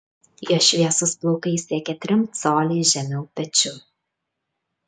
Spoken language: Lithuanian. jo šviesūs plaukai siekia trim coliais žemiau pečių